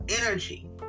energy